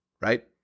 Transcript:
right